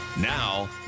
Now